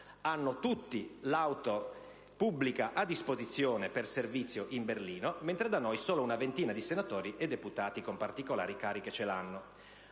hanno tutti l'auto pubblica a disposizione per servizio in Berlino, mentre da noi ce l'hanno solo una ventina di senatori e deputati con particolari cariche; hanno